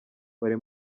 bari